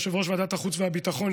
אדוני יושב-ראש ועדת החוץ והביטחון,